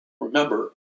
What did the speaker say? Remember